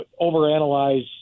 overanalyze